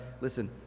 listen